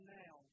now